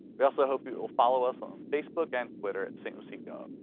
we also hope you'll follow us on facebook and twitter stluciegov.